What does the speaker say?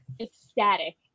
ecstatic